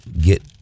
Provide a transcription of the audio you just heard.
get